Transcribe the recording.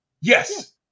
Yes